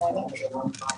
שמעתי את כל מה שאמרו החברים.